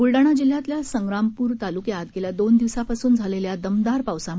बुलडाणा जिल्हयातील संग्रामपूर तालुक्यात गेल्या दोन दिवसां पासून झालेल्या दमदार पावसामुळे